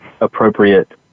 appropriate